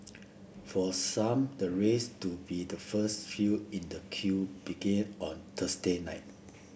for some the race to be the first few in the queue began on Thursday night